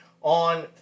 on